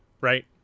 right